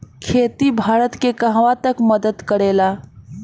खेती भारत के कहवा तक मदत करे ला?